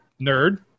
nerd